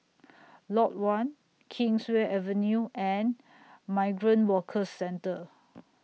Lot one Kingswear Avenue and Migrant Workers Centre